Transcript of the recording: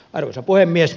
arvoisa puhemies